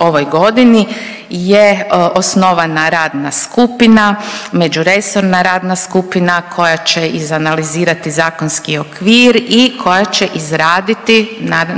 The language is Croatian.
ovoj godini je osnovana radna skupina, međuresorna radna skupina koja će izanalizirati zakonski okvir i koja će izraditi, nadam se,